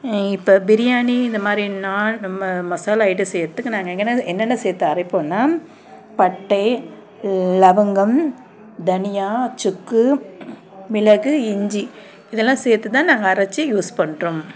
இப்போ பிரியாணி நான் இது மாதிரினா நம்ம மசாலா ஐட்டம் செய்கிறதுக்கு நாங்கள் என்னென்ன சேர்த்து அரைப்போம்னா பட்டை லவங்கம் தனியா சுக்கு மிளகு இஞ்சி இதெல்லாம் சேர்த்து தான் நாங்கள் அரைச்சி யூஸ் பண்ணுறோம்